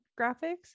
graphics